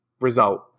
result